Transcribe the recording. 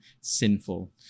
sinful